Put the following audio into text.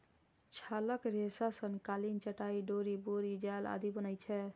छालक रेशा सं कालीन, चटाइ, डोरि, बोरी जाल आदि बनै छै